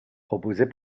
proposées